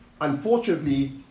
Unfortunately